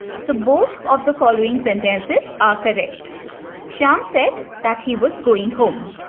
so, both of the following sentences are correct shyam said that he was going home.